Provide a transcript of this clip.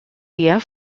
year